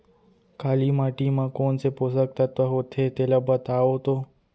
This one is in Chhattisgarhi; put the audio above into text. काली माटी म कोन से पोसक तत्व होथे तेला बताओ तो?